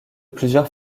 plusieurs